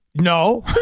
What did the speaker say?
No